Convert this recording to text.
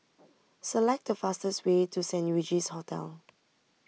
select the fastest way to Saint Regis Hotel